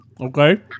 Okay